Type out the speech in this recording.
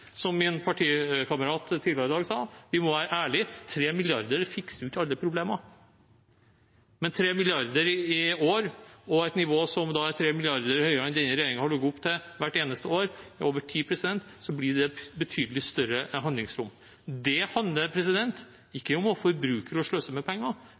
Som min partikamerat tidligere i dag sa, må vi være ærlige – 3 mrd. kr fikser ikke alle problemer. Men 3 mrd. kr i år, og et nivå som er 3 mrd. kr høyere enn det regjeringen har lagt opp til, hvert eneste år, blir over tid et betydelig større handlingsrom. Det handler ikke om å forbruke og sløse med